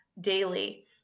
daily